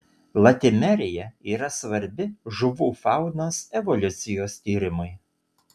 latimerija yra svarbi žuvų faunos evoliucijos tyrimui